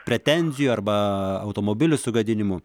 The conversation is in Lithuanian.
pretenzijų arba automobilių sugadinimų